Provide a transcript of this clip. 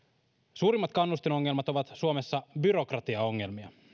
suurimmat kannustinongelmat ovat suomessa byrokratiaongelmia